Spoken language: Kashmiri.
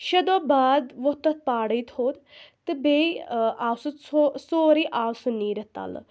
شےٚ دۄہ بعد ووٚتھ تَتھ پاڈٕے تھوٚد تہٕ بیٚیہِ آو سُہ ژٕ سورُے آو سُہ نیٖرِتھ تَلہٕ